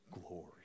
glory